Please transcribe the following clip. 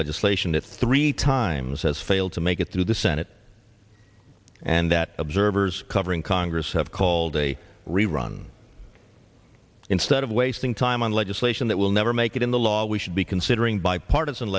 legislation that three times has failed to make it through the senate and that observers covering congress have called a rerun instead of wasting time on legislation that will never make it in the law we should be considering bipartisan